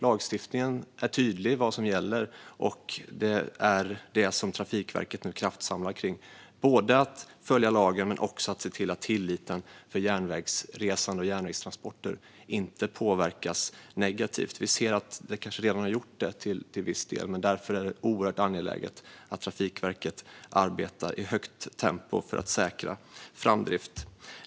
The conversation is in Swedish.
Lagstiftningen är tydlig med vad som gäller, och det är detta som Trafikverket nu kraftsamlar kring - både att följa lagen och att se till att tilliten till järnvägsresande och järnvägstransporter inte påverkas negativt. Vi ser att detta kanske redan har skett till viss del. Men därför är det oerhört angeläget att Trafikverket arbetar i högt tempo för att säkra framdrift.